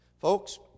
Folks